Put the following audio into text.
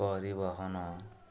ପରିବହନ